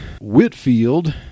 Whitfield